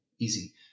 easy